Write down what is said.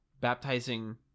baptizing